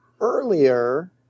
earlier